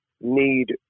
need